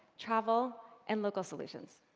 travel and local solutions.